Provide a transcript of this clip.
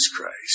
Christ